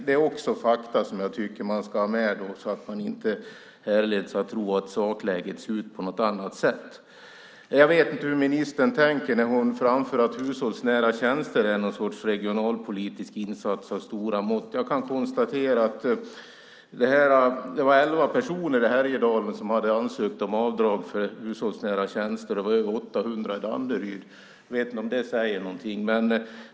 Det är också fakta som jag tycker att man ska ha med, så att man inte förleds att tro att sakläget ser ut på något annat sätt. Jag vet inte hur ministern tänker när hon framför att hushållsnära tjänster är någon sorts regionalpolitisk insats av stora mått. Jag kan konstatera att det var 11 personer i Härjedalen som hade ansökt om avdrag för hushållsnära tjänster och 800 i Danderyd. Jag vet inte om det säger någonting.